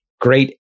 great